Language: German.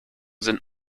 sind